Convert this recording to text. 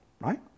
Right